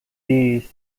diris